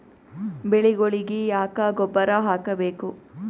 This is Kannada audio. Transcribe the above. ಬೆಳಿಗೊಳಿಗಿ ಯಾಕ ಗೊಬ್ಬರ ಹಾಕಬೇಕು?